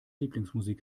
lieblingsmusik